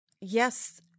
yes